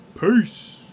Peace